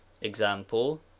Example